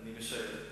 אני משער שכך.